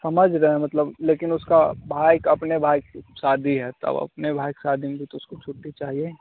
समझ रहें मतलब लेकिन उसका भाई का आपने भाई का शादी है तब अपने भाई की शादी में तो उसको छुट्टी चाहिए